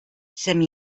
some